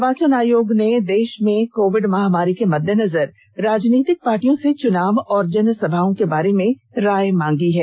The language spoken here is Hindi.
निर्वाचन आयोग ने देश में कोविड महामारी के मद्देनजर राजनीतिक पार्टियों से चुनाव और जनसभाओं के बारे में राय मांगी है